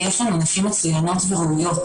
יש לנו נשים מצוינות וראויות,